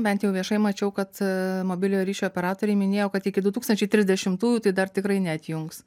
bent jau viešai mačiau kad mobiliojo ryšio operatoriai minėjo kad iki du tūkstančiai trisdešimųjų tai dar tikrai neatjungs